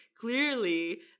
Clearly